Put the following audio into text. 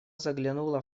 заглянула